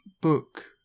book